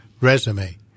resume